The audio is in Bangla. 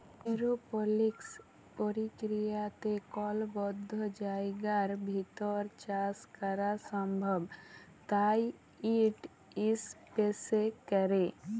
এরওপলিক্স পর্কিরিয়াতে কল বদ্ধ জায়গার ভিতর চাষ ক্যরা সম্ভব তাই ইট ইসপেসে ক্যরে